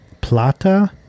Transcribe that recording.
Plata